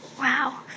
Wow